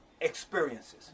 experiences